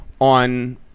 On